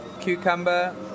cucumber